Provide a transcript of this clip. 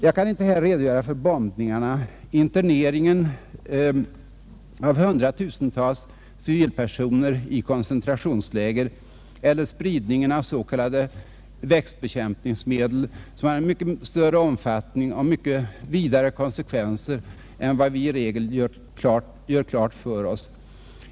Jag kan inte här redogöra för bombningarna, interneringen av hundratusentals civilpersoner i koncentrationsläger eller spridningen av s.k. växtbekämpningsmedel, som är av mycket större omfattning och har mycket vidare konsekvenser än vad vi i regel gör klart för oss.